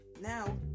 Now